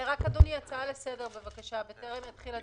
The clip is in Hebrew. רק אדוני, הצעה לסדר, בבקשה, בטרם יתחיל הדיון.